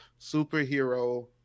superhero